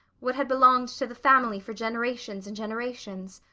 what had belonged to the family for generations and generations.